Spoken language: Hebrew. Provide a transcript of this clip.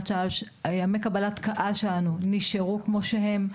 ימי קבלת הקהל שלנו נשארו כמו שהם.